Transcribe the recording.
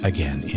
Again